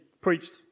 preached